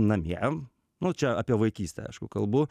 namie nu čia apie vaikystę aišku kalbu